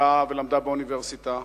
ובאה ולמדה באוניברסיטה